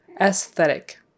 Aesthetic